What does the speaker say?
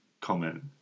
comment